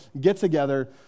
get-together